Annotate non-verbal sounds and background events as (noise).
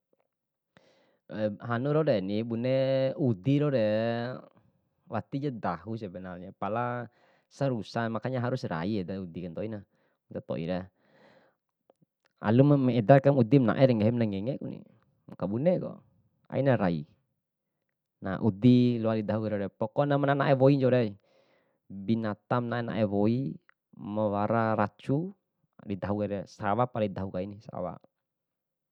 (hesitation) hanu rau dani, bune udi raure, (hesitation) watija dahu sebenarni pala sarusa, makanya harus rai edaku udi ntoina. (hesitation) Aluma eda ka udi ma nae na ngengeku, kabuneku aina rai. Nah udi loa didahu kaire. Pokona ma na nae woi ncaure, binata ma na nae woi, mawara racu didahu kaire, sawa pali dahu kai, sawa.